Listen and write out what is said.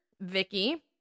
Vicky